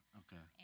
okay